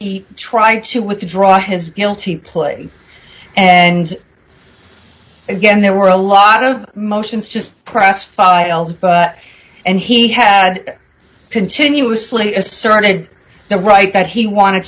he tried to withdraw his guilty plea and again there were a lot of motions just press filed and he had continuously asserted the right that he wanted